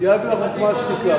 סייג לחוכמה שתיקה.